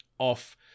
off